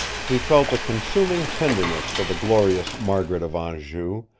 he felt a consuming tenderness for the glorious margaret of anjou,